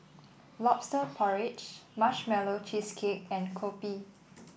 lobster porridge Marshmallow Cheesecake and kopi